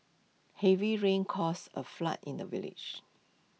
heavy rains caused A flood in the village